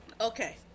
Okay